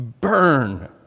burn